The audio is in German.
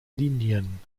linien